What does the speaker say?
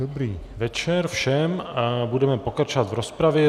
Dobrý večer všem a budeme pokračovat v rozpravě.